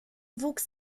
wuchs